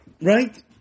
right